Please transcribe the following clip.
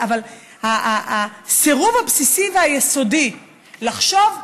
אבל הסירוב הבסיסי והיסודי לחשוב,